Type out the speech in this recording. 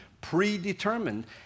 predetermined